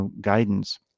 guidance